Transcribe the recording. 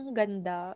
ganda